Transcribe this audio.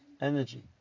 energy